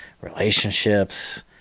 relationships